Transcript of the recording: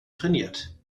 trainiert